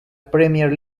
premier